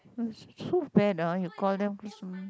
so bad ah you call them